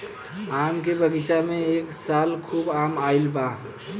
आम के बगीचा में ए साल खूब आम आईल बा